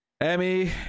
Emmy